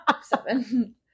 Seven